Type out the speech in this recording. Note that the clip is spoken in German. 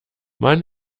man